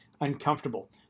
uncomfortable